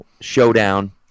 showdown